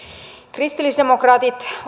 kristillisdemokraatit